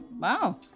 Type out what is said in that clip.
wow